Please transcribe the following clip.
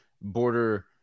border